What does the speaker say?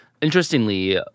Interestingly